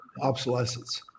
Obsolescence